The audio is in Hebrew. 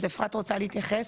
אז אפרת רוצה להתייחס,